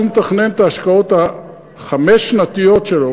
כשהוא מתכנן את ההשקעות החמש-שנתיות שלו,